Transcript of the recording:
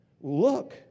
look